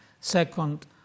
Second